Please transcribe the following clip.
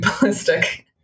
ballistic